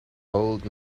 old